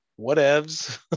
whatevs